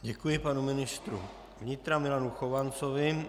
Děkuji panu ministru vnitra Milanu Chovancovi.